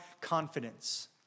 confidence